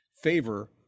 favor